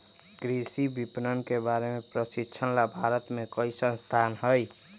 कृषि विपणन के बारे में प्रशिक्षण ला भारत में कई संस्थान हई